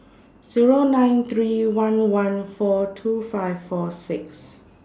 Zero nine three one one four two five four six